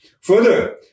Further